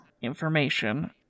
information